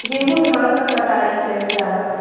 गेंहू धान क कटाई कइल जाला